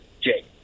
jake